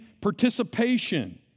participation